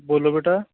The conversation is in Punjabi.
ਬੋਲੋ ਬੇਟਾ